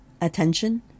attention